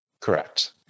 correct